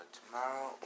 Tomorrow